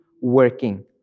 working